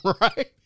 right